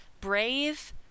brave